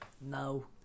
No